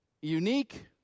unique